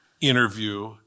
interview